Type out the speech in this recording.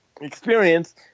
experience